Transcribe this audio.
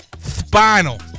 Spinal